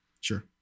Sure